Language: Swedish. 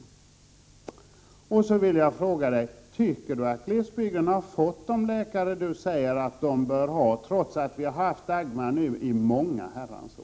Tycker Margö Ingvardsson att glesbygden har fått de läkare som hon anser bör verka där, nu när Dagmarsystemet har varit i kraft i många herrans år?